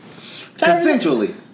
Consensually